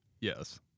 Yes